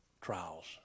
trials